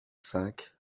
cinq